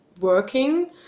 working